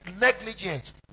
negligence